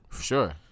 Sure